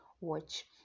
watch